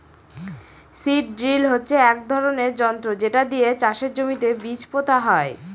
seed drill হচ্ছে এক ধরনের যন্ত্র যেটা দিয়ে চাষের জমিতে বীজ পোতা হয়